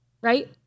right